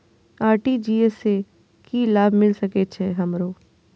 RTGS से की लाभ मिल सके छे हमरो?